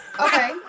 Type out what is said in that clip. okay